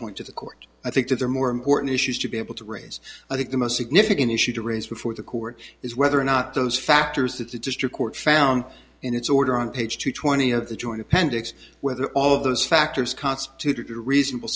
point to the court i think that there are more important issues to be able to raise i think the most significant issue to raise before the court is whether or not those factors that the district court found in its order on page twenty of the joint appendix whether all of those factors constituted a reasonable